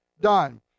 done